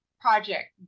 project